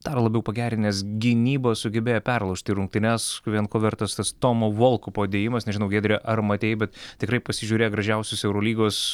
dar labiau pagerinęs gynybą sugebėjo perlaužti rungtynes vien ko vertas tas tomo volkupo dėjimas nežinau giedre ar matei bet tikrai pasižiūrėk gražiausius eurolygos